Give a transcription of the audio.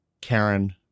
karen